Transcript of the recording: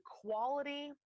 quality